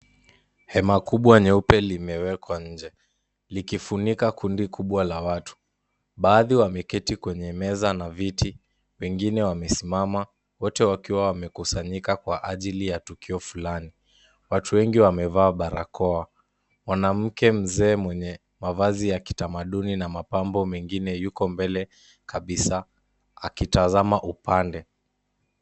Hema kubwa nyeupe limewekwa nje likifunika kundi kubwa la watu. Baadhi wameketi kwenye meza na viti, wengine wamesimama wote wakiwa wamekusanyika kwa ajili ya tukio fulani. Watu wengi wamevaa barakoa. Mwanamke mzee mwenye mavazi ya kitamaduni na mapambo mengine yuko mbele kabisa akitazama upande.